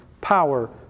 power